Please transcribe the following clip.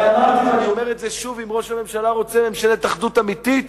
הרי אמרתי ואני אומר את זה שוב: אם ראש הממשלה רוצה ממשלת אחדות אמיתית,